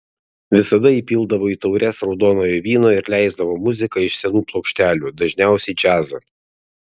visada įpildavo į taures raudonojo vyno ir leisdavo muziką iš senų plokštelių dažniausiai džiazą